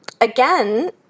again